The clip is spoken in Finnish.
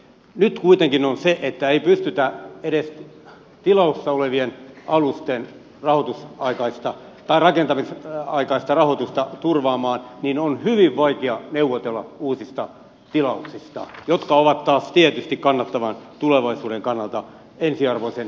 nyt kuitenkin on niin että kun ei pystytä edes tilauksessa olevien alusten rakentamisaikaista rahoitusta turvaamaan niin on hyvin vaikea neuvotella uusista tilauksista jotka ovat taas tietysti kannattavan tulevaisuuden kannalta ensiarvoisen tärkeitä